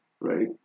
right